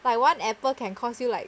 like one apple can cause you like